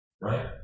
Right